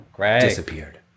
disappeared